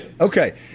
Okay